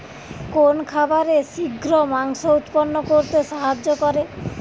কোন খাবারে শিঘ্র মাংস উৎপন্ন করতে সাহায্য করে?